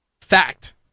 Fact